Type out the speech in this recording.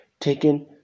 taken